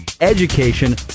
education